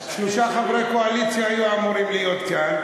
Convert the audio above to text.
שלושה חברי קואליציה היו אמורים להיות כאן,